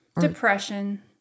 Depression